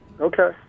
Okay